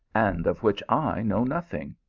and of which i know nothing?